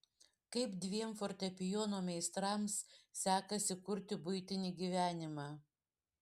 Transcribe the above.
kaip dviem fortepijono meistrams sekasi kurti buitinį gyvenimą